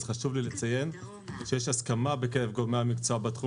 אז חשוב לי לציין שיש הסכמה בקרב גורמי המקצוע בתחום